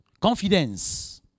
Confidence